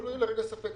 שלא יהיה לרגע ספק.